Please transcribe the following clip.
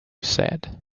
said